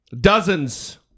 dozens